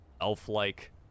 elf-like